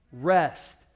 rest